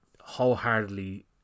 Wholeheartedly